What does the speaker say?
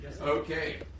Okay